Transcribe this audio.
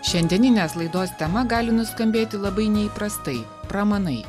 šiandieninės laidos tema gali nuskambėti labai neįprastai pramanai